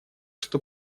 что